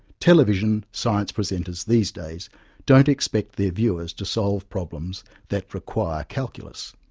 television science presenters these days don't expect their viewers to solve problems that require calculus.